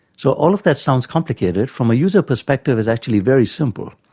so all of that sounds complicated. from a user perspective it's actually very simple.